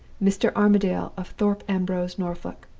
mr. armadale, of thorpe ambrose, norfolk.